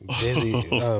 busy